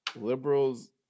liberals